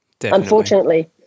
unfortunately